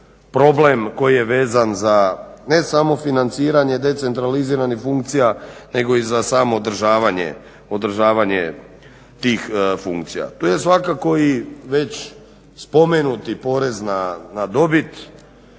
problem koji je vezan za ne samo financiranje decentraliziranih funkcija nego i samo održavanje tih funkcija. Tu je svakako i već spomenuti porez na dobit.